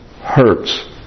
Hurts